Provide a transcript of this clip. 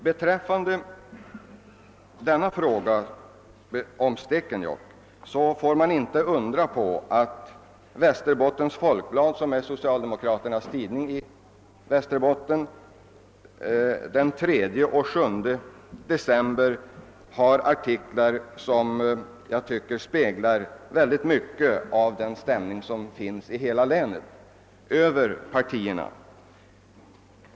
När det gäller Stekenjokk får man inte undra över att Västerbottens Folkblad, som är socialdemokraternas tidning i Västerbotten, den 3 och 7 december haft artiklar som över partigränserna speglar mycket av stämningen i hela länet.